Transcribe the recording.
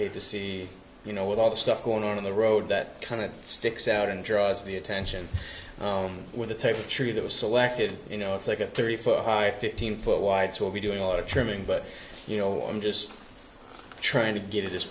hate to see you know with all the stuff going on in the road that kind of sticks out and draws the attention with the type of tree that was selected you know it's like a three foot high fifteen foot wide so we'll be doing a lot of trimming but you know i'm just trying to get